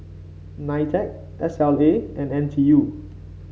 Nitec S L A and N T U